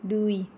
দুই